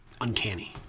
uncanny